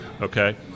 okay